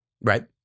Right